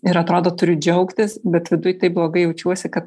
ir atrodo turiu džiaugtis bet viduj taip blogai jaučiuosi kad